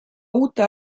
uute